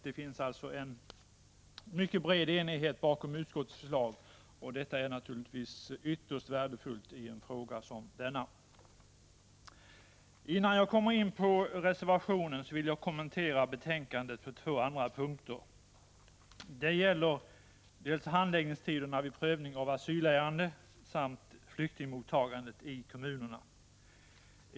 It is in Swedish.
Det finns alltså en mycket bred enighet bakom utskottets förslag, och det är naturligtvis ytterst värdefullt i en fråga som denna. Innan jag går in på reservationen vill jag kommentera betänkandet på två andra punkter. Det gäller dels handläggningstiderna vid prövning av asylärende, dels flyktingmottagandet i kommunerna.